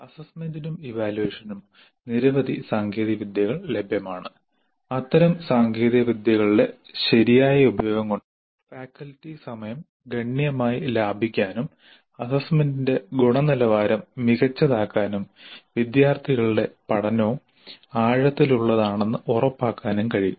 അസസ്മെന്റിനും ഇവാല്യുവേഷനും നിരവധി സാങ്കേതികവിദ്യകൾ ലഭ്യമാണ് അത്തരം സാങ്കേതികവിദ്യകളുടെ ശരിയായ ഉപയോഗം കൊണ്ട് ഫാക്കൽറ്റി സമയം ഗണ്യമായി ലാഭിക്കാനും അസ്സസ്സ്മെന്റിന്റെ ഗുണനിലവാരം മികച്ചതാക്കാനും വിദ്യാർത്ഥികളുടെ പഠനവും ആഴത്തിലുള്ളതാണെന്ന് ഉറപ്പാക്കാനും കഴിയും